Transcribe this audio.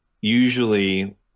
Usually